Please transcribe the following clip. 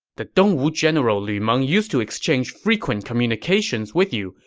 the dongwu general lu meng used to exchange frequent communications with you,